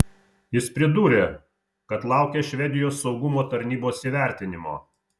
jis pridūrė kad laukia švedijos saugumo tarnybos įvertinimo